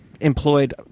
employed